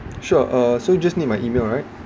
sure uh so just need my email right